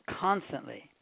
constantly